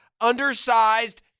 undersized